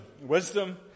Wisdom